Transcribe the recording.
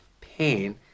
pain